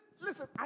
listen